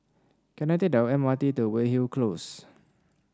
can I take the M R T to Weyhill Close